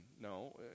No